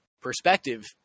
perspective